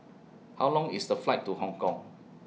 How Long IS The Flight to Hong Kong